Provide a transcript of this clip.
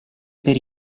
per